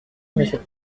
monsieur